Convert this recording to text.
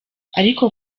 ariko